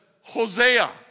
Hosea